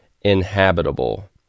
inhabitable